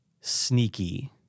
sneaky